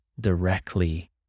directly